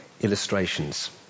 illustrations